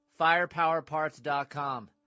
Firepowerparts.com